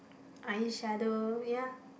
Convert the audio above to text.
eyeshadow ya